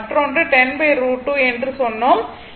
மற்றொன்று 10√2 என்று சொன்னோம்